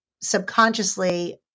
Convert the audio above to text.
subconsciously